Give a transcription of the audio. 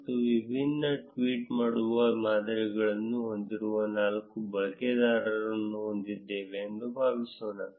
ನಾವು ವಿಭಿನ್ನ ಟ್ವೀಟ್ ಮಾಡುವ ಮಾದರಿಗಳನ್ನು ಹೊಂದಿರುವ ನಾಲ್ಕು ಬಳಕೆದಾರರನ್ನು ಹೊಂದಿದ್ದೇವೆ ಎಂದು ಭಾವಿಸೋಣ